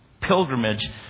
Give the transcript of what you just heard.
pilgrimage